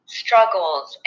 struggles